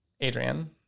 Adrian